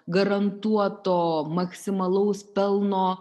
garantuoto maksimalaus pelno